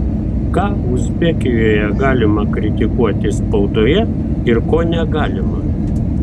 ką uzbekijoje galima kritikuoti spaudoje ir ko negalima